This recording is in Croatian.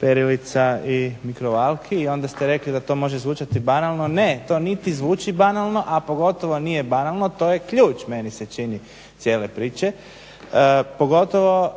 perilica i mikrovalki i onda ste rekli da to može zvučati banalno, ne, to niti zvuči banalno, a pogotovo nije banalno, to je ključ, meni se čini cijele priče, pogotovo